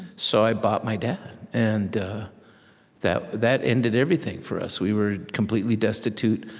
so i bought my dad and that that ended everything for us. we were completely destitute.